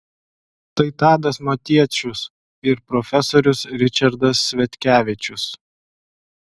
tai tadas motiečius ir profesorius ričardas sviackevičius